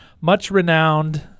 much-renowned